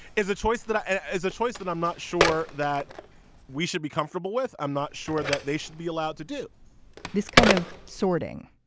is a choice that and is a choice that i'm not sure that we should be comfortable with i'm not sure that they should be allowed to do this kind of sorting.